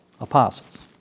Apostles